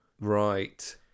Right